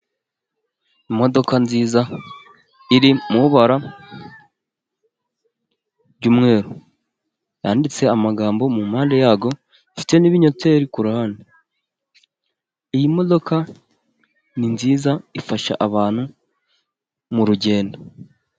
Imodoka nziza iri mu ibara ry'umweru, yanditse amagambo mu mpande yayo ifite n'ibinyoteri kuruhande, iyi modoka ni nziza ifasha abantu m'urugendo.